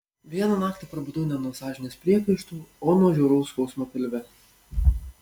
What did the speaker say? vieną naktį prabudau ne nuo sąžinės priekaištų o nuo žiauraus skausmo pilve